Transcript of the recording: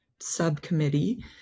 subcommittee